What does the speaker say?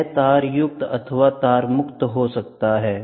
यह तार युक्त अथवा तार मुक्त हो सकता है